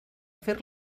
fer